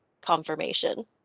confirmation